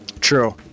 True